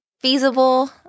feasible